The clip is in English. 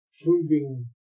proving